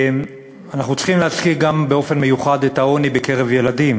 אנחנו צריכים להזכיר גם באופן מיוחד את העוני בקרב ילדים.